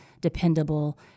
dependable